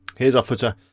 here's our footer.